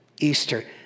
Easter